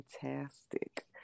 fantastic